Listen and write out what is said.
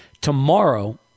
tomorrow